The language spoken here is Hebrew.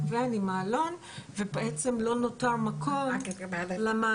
וואן עם מעלון ולא נותר מקום למעלון.